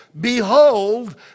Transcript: Behold